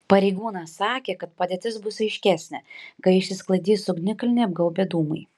pareigūnas sakė kad padėtis bus aiškesnė kai išsisklaidys ugnikalnį apgaubę dūmai